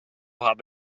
habe